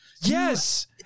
Yes